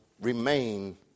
remain